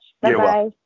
Bye-bye